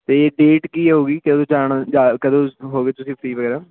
ਅਤੇ ਡੇਟ ਕੀ ਹੋਊਗੀ ਕਦੋਂ ਜਾਣ ਜਾ ਕਦੋਂ ਹੋਵੋਗੇ ਤੁਸੀਂ ਫਰੀ ਵਗੈਰਾ